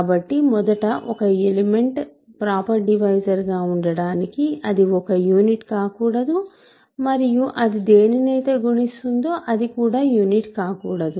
కాబట్టి మొదట ఒక ఎలిమెంట్ ప్రాపర్ డివైజర్గా ఉండటానికి అది ఒక యూనిట్ కాకూడదు మరియు అది దేనినైతే గుణిస్తుందో అది కూడా యూనిట్ కాకూడదు